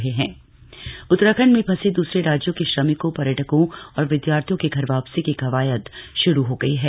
घर वापसी उतराखंड में फंसे दुसरे राज्यों के श्रमिकों पर्यटकों और विदयार्थियों की घर वापसी की कवायद शुरू हो गई है